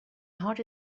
heart